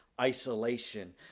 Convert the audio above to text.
isolation